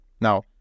Now